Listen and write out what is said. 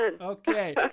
Okay